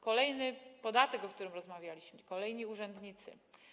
Kolejny podatek, o którym rozmawialiśmy, kolejni urzędnicy.